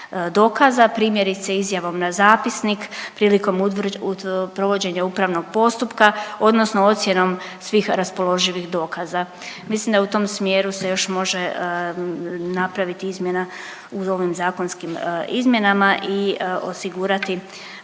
primjerice izjavom na zapisnik prilikom provođenja upravnog postupka odnosno ocjenom svih raspoloživih dokaza. Mislim da u tom smjeru se još može napraviti izmjena u ovim zakonskim izmjenama i osigurati